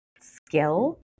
skill